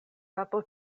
kapo